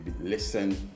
listen